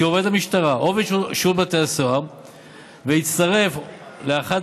כעובד המשטרה או כעובד שירות בתי הסוהר והצטרף לאחד